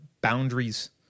boundaries